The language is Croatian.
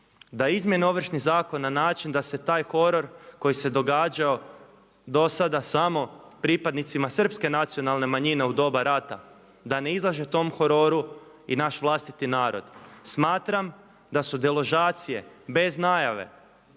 da izmjene Ovršni zakon na način da se taj horor koji se događao dosada samo pripadnicima srpske nacionalne manjine u doba rata da ne izlaže tom hororu i naš vlastiti narod. Smatram da su deložacije bez najave